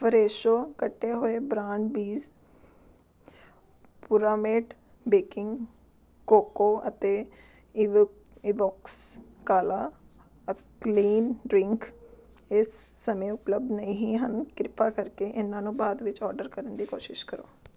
Fresho ਕੱਟੇ ਹੋਏ brand beans ਪੁਰਾਮੇਟ ਬੇਕਿੰਗ ਕੋਕੋ ਅਤੇ ਇਵੋ ਇਵੋਕਸ ਕਾਲਾ ਅਲਕਲੀਨ ਡਰਿੰਕ ਇਸ ਸਮੇਂ ਉਪਲਬਧ ਨਹੀਂ ਹਨ ਕਿਰਪਾ ਕਰਕੇ ਇਹਨਾਂ ਨੂੰ ਬਾਅਦ ਵਿੱਚ ਆਰਡਰ ਕਰਨ ਦੀ ਕੋਸ਼ਿਸ਼ ਕਰੋ